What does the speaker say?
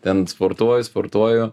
ten sportuoju sportuoju